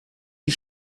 die